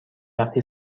وقتی